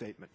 statement